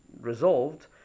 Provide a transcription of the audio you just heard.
resolved